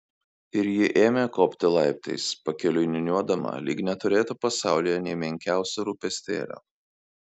ir ji ėmė kopti laiptais pakeliui niūniuodama lyg neturėtų pasaulyje nė menkiausio rūpestėlio